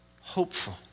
hopeful